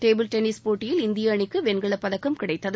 table tennis போட்டியில் இந்திய அணிக்கு வெண்கலப்பதக்கம் கிடைத்தது